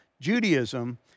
Judaism